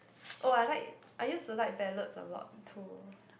oh I like I used to like ballads a lot too